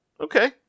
Okay